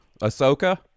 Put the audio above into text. Ahsoka